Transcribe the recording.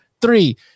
three